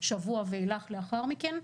שבוע ואילך לאחר מכן,